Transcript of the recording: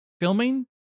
filming